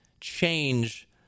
change